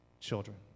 children